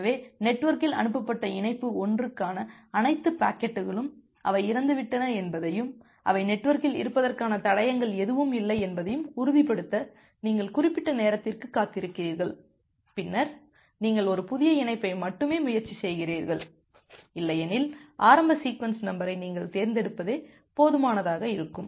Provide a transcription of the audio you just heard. எனவே நெட்வொர்க்கில் அனுப்பப்பட்ட இணைப்பு 1 க்கான அனைத்து பாக்கெட்டுகளும் அவை இறந்துவிட்டன என்பதையும் அவை நெட்வொர்க்கில் இருப்பதற்கான தடயங்கள் எதுவும் இல்லை என்பதையும் உறுதிப்படுத்த நீங்கள் குறிப்பிட்ட நேரத்திற்கு காத்திருக்கிறீர்கள்பின்னர் நீங்கள் ஒரு புதிய இணைப்பை மட்டுமே முயற்சி செய்கிறீர்கள் இல்லையெனில் ஆரம்ப சீக்வென்ஸ் நம்பரை நீங்கள் தேர்ந்தெடுப்பதே போதுமானதாக இருக்கும்